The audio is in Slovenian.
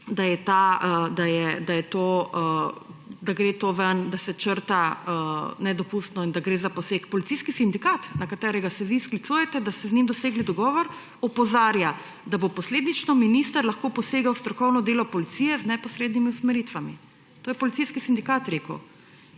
da je to, da se črta, nedopustno in da gre za poseg. Policijski sindikat, na katerega se vi sklicujete, da ste z njim dosegli dogovor, opozarja, da bo posledično minister lahko posegel v strokovno delo policije z neposrednimi usmeritvami. To je rekel policijski sindikat in